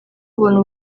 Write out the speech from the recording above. ubona